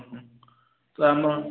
ହଁ ତ ଆମ